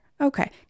Okay